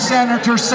Senator